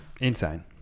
Insane